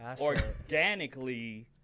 Organically